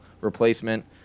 replacement